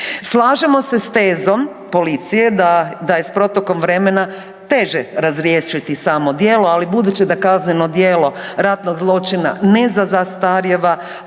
Slažemo se s tezom policije da, da je s protokom vremena teže razriješiti samo djelo, ali budući da kazneno djelo ratnog zločina ne zastarijeva